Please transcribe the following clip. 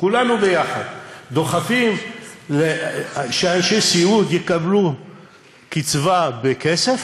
כולנו ביחד, דוחפים שאנשי סיעוד יקבלו קצבה בכסף